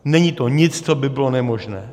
Není to nic, co by bylo nemožné.